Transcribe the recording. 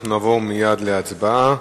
אנחנו נעבור מייד להצבעה.